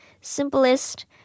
simplest